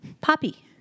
Poppy